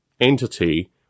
entity